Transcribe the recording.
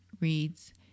Reads